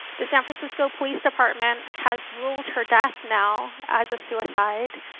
the san francisco police department has ruled her death now as a suicide.